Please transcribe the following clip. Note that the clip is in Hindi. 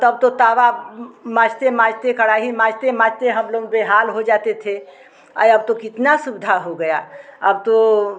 तब तो तवा माँजते माँजते कड़ाही माँजते माँजते हम लोग बेहाल हो जाते थे अब तो कितना सुविधा हो गया अब तो